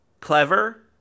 clever